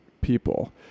people